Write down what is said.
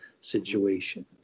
situation